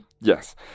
Yes